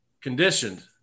conditioned